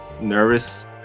nervous